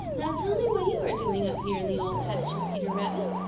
now tell me what you are doing up here in the old pasture, peter rabbit.